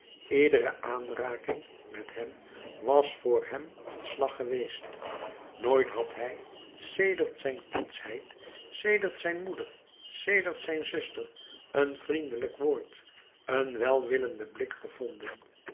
iedere aanraking met hen was voor hem een slag geweest nooit had hij sedert zijn kindsheid sedert zijn moeder sedert zijn zuster een vriendelijk woord een welwillenden blik gevonden